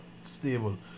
stable